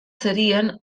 serien